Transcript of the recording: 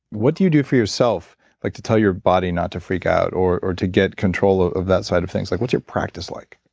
what do you do for yourself like to tell your body not to freak out or or to get control ah of that side of things? like what's your practice like?